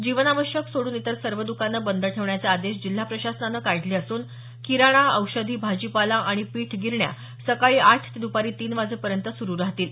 जीवनावश्यक सोडून इतर सर्व द्कानं बंद ठेवण्याचे आदेश जिल्हा प्रशासनानं काढले असून किराणा औषधी भाजीपाला आणि पीठ गिरण्या सकाळी आठ ते दुपारी तीन वाजेपर्यंत सुरु राहतील